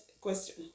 question